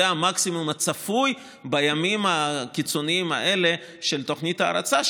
זה המקסימום הצפוי בימים הקיצוניים האלה של תוכנית ההרצה,